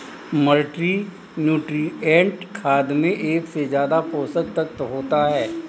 multinutrient खाद में एक से ज्यादा पोषक तत्त्व होते है